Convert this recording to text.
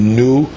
new